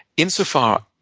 insofar,